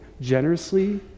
generously